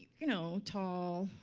you know, tall,